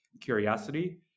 curiosity